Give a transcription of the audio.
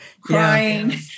crying